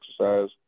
exercise